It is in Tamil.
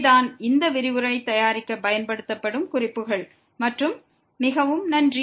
இவை தான் இந்த விரிவுரை தயாரிக்க பயன்படுத்தப்பட்ட குறிப்புகள் மற்றும் மிகவும் நன்றி